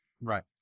Right